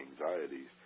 anxieties